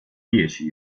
dieci